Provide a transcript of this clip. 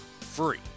free